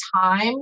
time